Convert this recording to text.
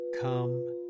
come